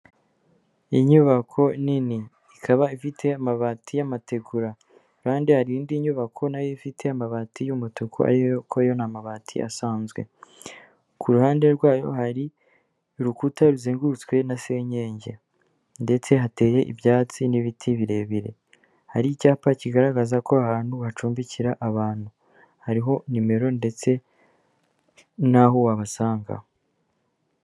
Inyubako nini ikaba ifite amabati y'amategura kandi hari indi nyubako na yo ifite amabati y'umutuku ariko yo ni amabati asanzwe, ku ruhande rwayo hari urukuta ruzengurutswe na senyenge ndetse hateye ibyatsi n'ibiti birebire, hari icyapa kigaragaza ko aha hantu hacumbikira abantu, hariho nimero ndetse n'aho wabasanga.